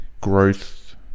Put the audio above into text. growth